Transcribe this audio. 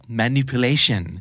manipulation